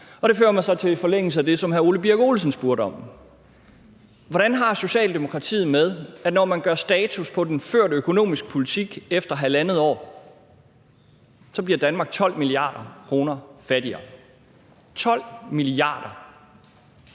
Det fører mig så til i forlængelse af det, som hr. Ole Birk Olesen spurgte om, at spørge: Hvordan har Socialdemokratiet det med, at når man gør status på den førte økonomiske politik efter halvandet år, bliver Danmark 12 mia. kr. fattigere – 12 mia.